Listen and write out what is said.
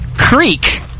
Creek